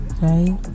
right